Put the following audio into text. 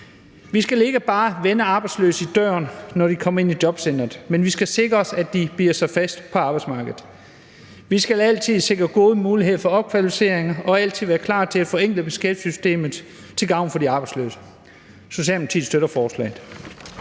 Vi skal ikke bare vende arbejdsløse i døren, når de kommer ind i jobcenteret – vi skal sikre os, at de bider sig fast på arbejdsmarkedet. Vi skal altid sikre gode muligheder for opkvalificering og altid være klar til at forenkle beskæftigelsessystemet til gavn for de arbejdsløse. Socialdemokratiet støtter forslaget.